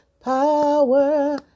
Power